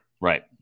right